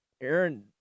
Aaron